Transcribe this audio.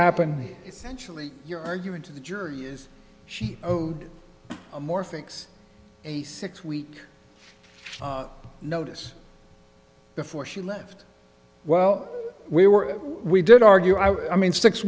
happen actually your argument to the jury is she owed more fix a six week notice before she left well we were we did argue i mean six